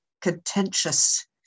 contentious